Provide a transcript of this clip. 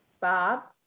Bob